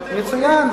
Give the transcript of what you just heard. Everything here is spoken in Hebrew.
מצוין,